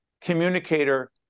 communicator